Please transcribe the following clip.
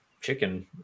chicken